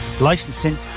licensing